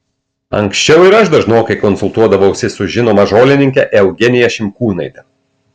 anksčiau ir aš dažnokai konsultuodavausi su žinoma žolininke eugenija šimkūnaite